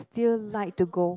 still like to go